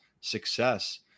success